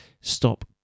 stop